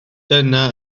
dyna